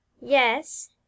yes